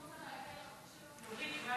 נורית,